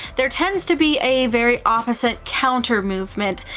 there tends to be a very opposite counter movement,